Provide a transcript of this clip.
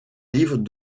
livres